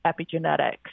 epigenetics